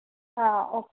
ఓ